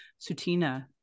Sutina